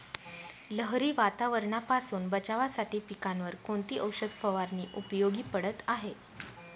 लहरी वातावरणापासून बचावासाठी पिकांवर कोणती औषध फवारणी उपयोगी पडत आहे?